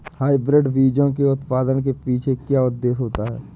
Hybrid बीजों के उत्पादन के पीछे क्या उद्देश्य होता है?